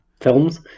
films